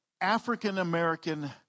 African-American